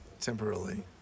temporarily